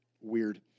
weird